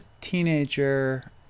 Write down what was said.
teenager